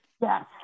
Yes